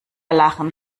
lachen